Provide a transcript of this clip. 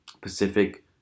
pacific